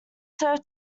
serve